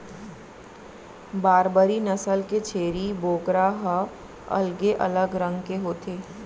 बारबरी नसल के छेरी बोकरा ह अलगे अलग रंग के होथे